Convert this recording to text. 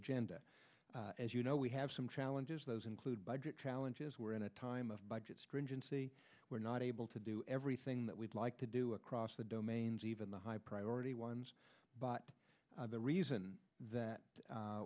agenda as you know we have some challenges those include budget challenges we're in a time of budget stringency we're not able to do everything that we'd like to do across the domains even the high priority ones but the reason that